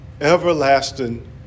everlasting